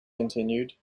continued